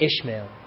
Ishmael